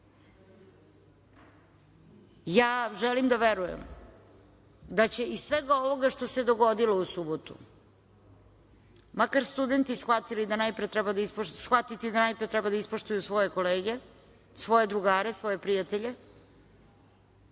da verujem da će iz svega ovoga što se dogodilo u subotu, makar studenti shvatiti da najpre treba da ispoštuju svoje kolege, svoje drugare, svoje prijatelje,